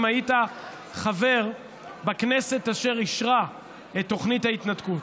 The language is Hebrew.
אם היית חבר בכנסת אשר אישרה את תוכנית ההתנתקות.